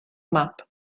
map